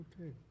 Okay